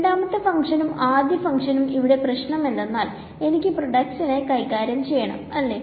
രണ്ടാമത്തെ ഫങ്ക്ഷനും ആദ്യം ഫങ്ക്ഷനും ഇവിടെ പ്രശ്നം എന്തെന്നാൽ എനിക്ക് ഉത്പന്നത്തെ കൈകാര്യം ചെയ്യണം അല്ലേ